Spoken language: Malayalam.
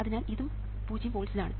അതിനാൽ ഇതും പൂജ്യം വോൾട്സ് ൽ ആണ്